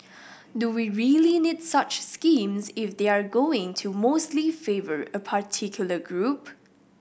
do we really need such schemes if they're going to mostly favour a particular group